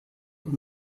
und